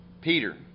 Peter